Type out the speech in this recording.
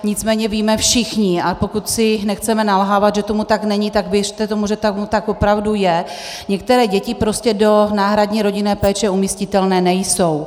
Nicméně víme všichni, a pokud si nechceme nalhávat, že tomu tak není, tak věřte tomu, že tomu tak opravdu je, některé děti prostě do náhradní rodinné péče umístitelné nejsou.